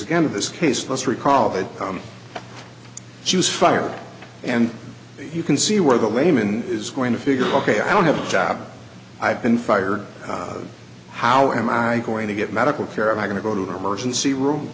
again of this case let's recall that she was fired and you can see where the layman is going to figure out ok i don't have a job i've been fired how am i going to get medical care i'm going to go to the emergency room